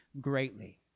greatly